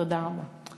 תודה רבה.